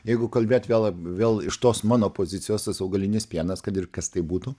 jeigu kalbėt vėl vėl iš tos mano pozicijos tas augalinis pienas kad ir kas tai būtų